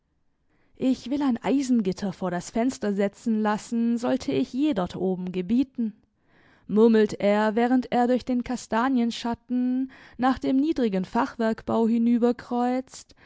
ich will ein eisengitter vor das fenster setzen lassen sollte ich je dort oben gebieten murmelt er während er durch den kastanienschatten nach dem niedrigen fachwerkbau